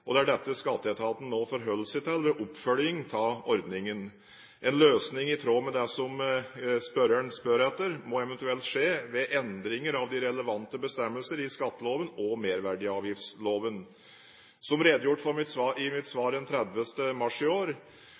og det er dette Skatteetaten nå forholder seg til ved oppfølgingen av ordningen. En løsning i tråd med det som representanten spør etter, må eventuelt skje ved endringer av de relevante bestemmelsene i skatteloven og merverdiavgiftsloven. Som redegjort for i mitt svar 30. mars i år,